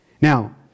Now